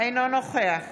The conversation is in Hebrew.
אינו נוכח